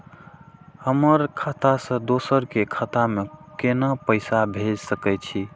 हमर खाता से दोसर के खाता में केना पैसा भेज सके छे?